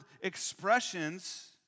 expressions